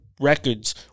records